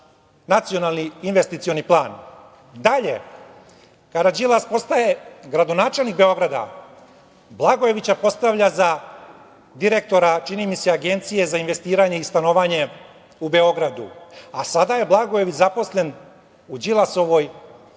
Nacionalni investicioni plan. Dalje, kada Đilas postaje gradonačelnik Beograda, Blagojevića postavlja za direktora, čini mi se, Agencije za investiranje i stanovanje u Beogradu, a sada je Blagojević zaposlen u Đilasovoj